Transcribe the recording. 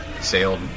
sailed